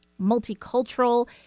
multicultural